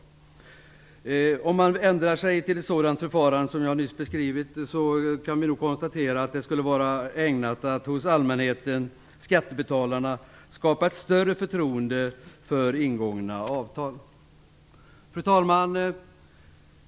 Om man ändrar till ett sådant förfarande skulle det hos skattebetalarna skapa ett större förtroende för ingångna avtal. Fru talman!